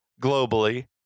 globally